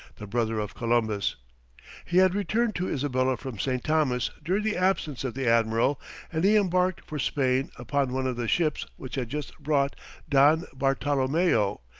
the brother of columbus he had returned to isabella from st. thomas during the absence of the admiral and he embarked for spain upon one of the ships which had just brought don bartolomeo,